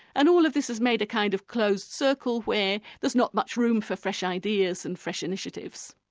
and all of this has made a kind of closed circle where there's not much room for fresh ideas and fresh initiatives.